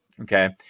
Okay